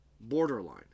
borderline